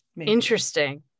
interesting